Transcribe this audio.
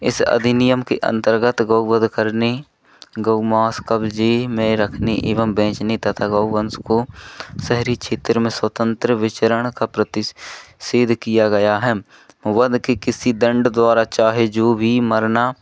इस अधिनियम के अंतर्गत गौ वध करने गौ मास कब्जे में रखने एवं बेचने तथा गऊ वंश को शहरी क्षेत्रों में स्वतंत्र विचरण का प्रती सेध किया गया है वध की किसी दंड द्वारा चाहे जो भी मरना